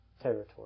territory